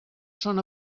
són